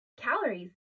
calories